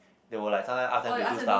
they will like sometime ask them to do stuff